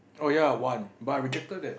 oh ya one but I rejected that